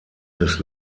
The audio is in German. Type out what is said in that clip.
des